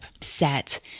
set